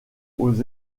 aux